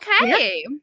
Okay